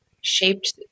shaped